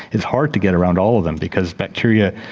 it's hard to get around all of them because bacteria,